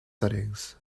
settings